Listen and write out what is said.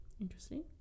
Interesting